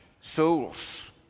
souls